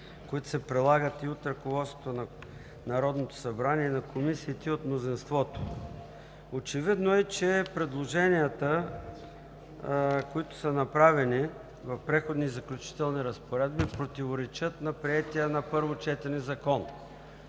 които се прилагат и от ръководството на Народното събрание, и на комисиите от мнозинството. Очевидно е, че предложенията, които са направени в Преходни и заключителни разпоредби, противоречат на приетия на първо четене Закон.